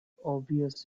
obvious